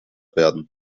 werden